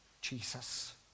Jesus